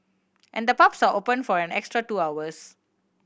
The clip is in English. and the pubs are open for an extra two hours